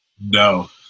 no